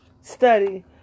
Study